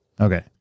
Okay